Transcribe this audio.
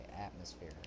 Atmosphere